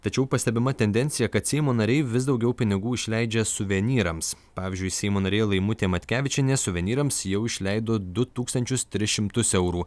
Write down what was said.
tačiau pastebima tendencija kad seimo nariai vis daugiau pinigų išleidžia suvenyrams pavyzdžiui seimo narė laimutė matkevičienė suvenyrams jau išleido du tūkstančius tris šimtus eurų